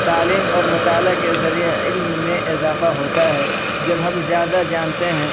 تعلیم اور مطالعہ کے ذریعے علم میں اضافہ ہوتا ہے جب ہم زیادہ جانتے ہیں